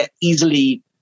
easily